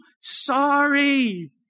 sorry